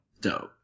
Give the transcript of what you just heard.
dope